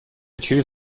через